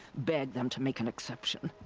beg them to make an exception.